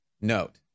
note